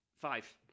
Five